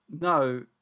No